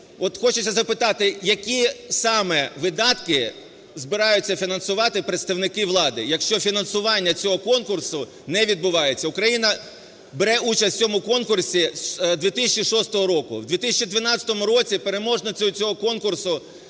хочеться запитати: які саме видатки збираються фінансувати представники влади, якщо фінансування цього конкурсу не відбувається? Україна бере участь в цьому конкурсі з 2006 року. У 2012 році переможницею цього конкурсу